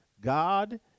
God